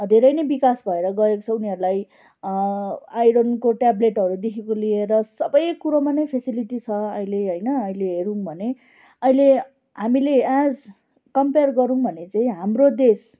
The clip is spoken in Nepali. धेरै नै विकास भएर गएको छ उनीहरूलाई आइरनको ट्याब्लेटहरूदेखिको लिएर सबै कुरोमा नै फेसिलिटी छ अहिले होइन अहिले हेऱ्यौँ भने अहिले हामीले एज कम्पेर गरौँ भने चाहिँ हाम्रो देश